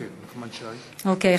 אוקיי.